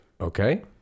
okay